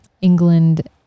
England